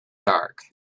dark